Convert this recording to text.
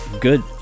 good